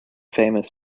famous